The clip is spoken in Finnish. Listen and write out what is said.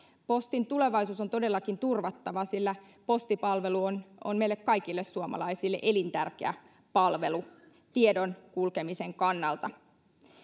postin tulevaisuus on todellakin turvattava sillä postipalvelu on on meille kaikille suomalaisille elintärkeä palvelu tiedon kulkemisen kannalta